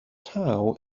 tao